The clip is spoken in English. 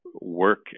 work